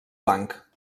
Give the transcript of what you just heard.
blanc